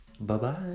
Bye-bye